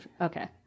okay